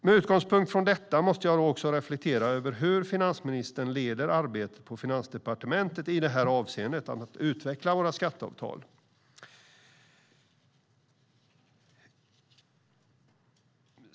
Med utgångspunkt från detta måste jag också reflektera över hur finansministern leder arbetet på Finansdepartementet i det här avseendet, att utveckla våra skatteavtal.